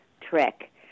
trick